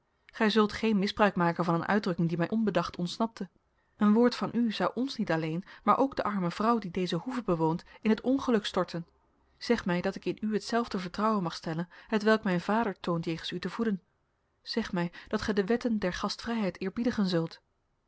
gij zult geen misbruik maken van een uitdrukking die mij onbedacht ontsnapte een woord van u zou ons niet alleen maar ook de arme vrouw die deze hoeve bewoont in t ongeluk atorten zeg mij dat ik in u hetzelfde vertrouwen mag stellen hetwelk mijn vader toont jegens u te voeden zeg mij dat gij de wetten der gastvrijheid eerbiedigen zult